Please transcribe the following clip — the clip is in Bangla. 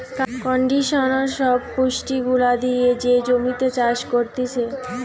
কন্ডিশনার সব পুষ্টি গুলা দিয়ে যে জমিতে চাষ করতিছে